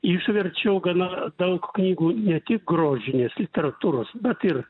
išverčiau gana daug knygų ne tik grožinės literatūros bet ir